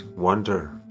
Wonder